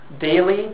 daily